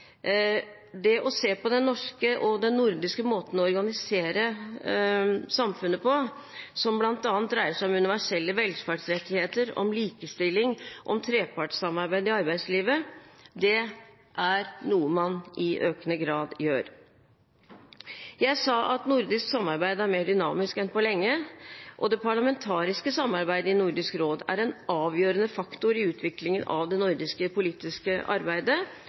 Det å se på den norske og den nordiske måten å organisere samfunnet på, som bl.a. dreier seg om universelle velferdsrettigheter, om likestilling, om trepartssamarbeid i arbeidslivet, er noe man i økende grad gjør. Jeg sa at nordisk samarbeid er mer dynamisk enn på lenge, og det parlamentariske samarbeidet i Nordisk råd er en avgjørende faktor i utviklingen av det nordiske politiske arbeidet.